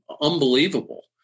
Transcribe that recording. unbelievable